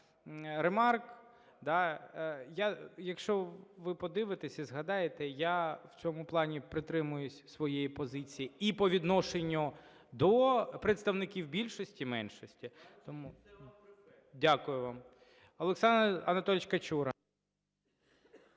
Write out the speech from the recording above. ремарок. Я, якщо ви подивитесь і згадаєте, я в цьому плані притримуюсь своєї позиції і по відношенню до представників більшості, меншості. Тому... Дякую вам. Олександр Анатолійович Качура.